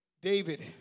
David